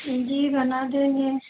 जी बना देंगे